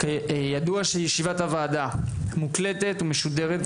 ידוע שישיבת הוועדה מוקלטת ומשודרת,